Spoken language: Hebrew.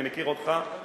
אני מכיר אותך,